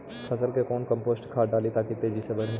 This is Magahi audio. फसल मे कौन कम्पोस्ट खाद डाली ताकि तेजी से बदे?